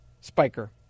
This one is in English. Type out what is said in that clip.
Spiker